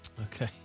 Okay